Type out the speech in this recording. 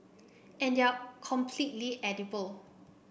and they are completely edible